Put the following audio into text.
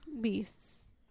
beasts